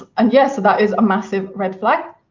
ah and, yes, that is a massive red flag.